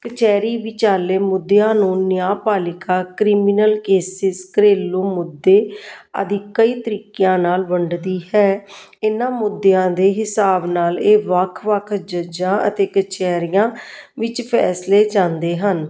ਕਚਹਿਰੀ ਵਿਚਾਲੇ ਮੁੱਦਿਆਂ ਨੂੰ ਨਿਆਪਾਲਿਕਾ ਕ੍ਰਿਮੀਨਲ ਕੇਸਿਸ ਘਰੇਲੂ ਮੁੱਦੇ ਆਦਿ ਕਈ ਤਰੀਕਿਆਂ ਨਾਲ ਵੰਡਦੀ ਹੈ ਇਹਨਾਂ ਮੁੱਦਿਆਂ ਦੇ ਹਿਸਾਬ ਨਾਲ ਇਹ ਵੱਖ ਵੱਖ ਜਜਾਂ ਅਤੇ ਕਚਹਿਰੀਆਂ ਵਿੱਚ ਫੈਸਲੇ ਜਾਂਦੇ ਹਨ